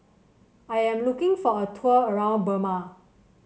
I am looking for a tour around Burma